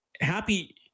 happy